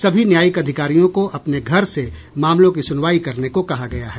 सभी न्यायिक अधिकारियों को अपने घर से मामलों की सुनवाई करने को कहा गया है